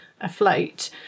afloat